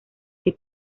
que